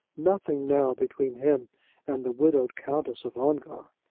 nothing now between him and the widowed countess of ongar.